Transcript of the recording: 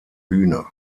bühne